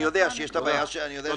אני יודע שיש את הבעיה הסביבתית,